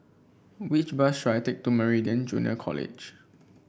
which bus should I take to Meridian Junior College